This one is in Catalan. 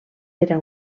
era